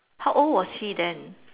how old was he then